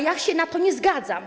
Ja się na to nie zgadzam.